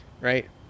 right